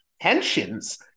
tensions